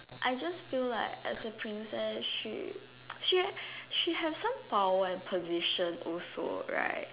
I just feel like as a princess she she she has some power and position also right